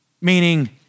Meaning